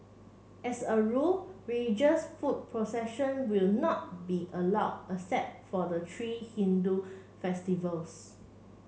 as a rule religious foot procession will not be allow for the three Hindu festivals